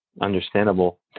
Understandable